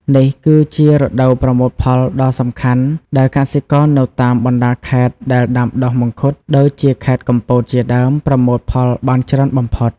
នេះគឺជារដូវប្រមូលផលដ៏សំខាន់ដែលកសិករនៅតាមបណ្ដាខេត្តដែលដាំដុះមង្ឃុតដូចជាខេត្តកំពតជាដើមប្រមូលផលបានច្រើនបំផុត។